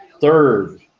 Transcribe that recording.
Third